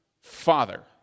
Father